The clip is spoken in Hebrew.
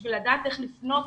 בשביל לדעת איך לפנות,